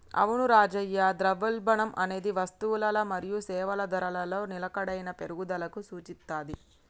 అవును రాజయ్య ద్రవ్యోల్బణం అనేది వస్తువులల మరియు సేవల ధరలలో నిలకడైన పెరుగుదలకు సూచిత్తది